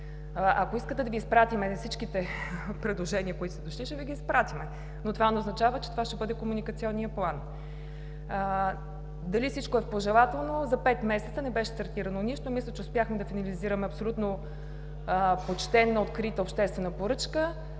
Ако искате да Ви изпратим всичките предложения, които са дошли, ще Ви ги изпратим, но това не означава, че това ще бъде комуникационният план. Дали всичко е пожелателно? За пет месеца не беше стартирано нищо. Мисля, че успяхме да финализираме абсолютно почтена, открита обществена поръчка